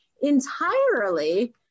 entirely